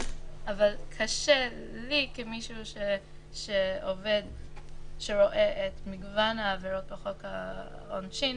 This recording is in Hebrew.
אבל קשה לי כמישהו שרואה את מגוון העבירות בחוק העונשין,